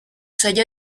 sello